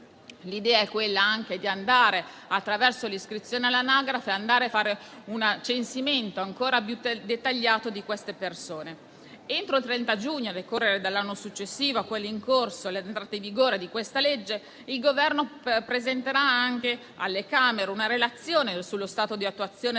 L'idea è anche quella di andare a fare, attraverso l'iscrizione all'anagrafe, un censimento ancora più dettagliato di queste persone. Entro il 30 giugno, a decorrere dall'anno successivo a quello in corso all'entrata in vigore di questa legge, il Governo presenterà anche alle Camere una relazione sullo stato di attuazione del